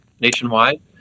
nationwide